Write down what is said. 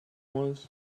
was